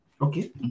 Okay